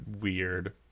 weird